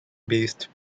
based